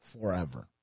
forever